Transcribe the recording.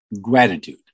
gratitude